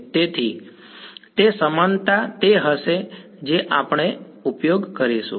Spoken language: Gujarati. તેથી તે સમાનતા તે હશે જે આપણેનો ઉપયોગ કરીશું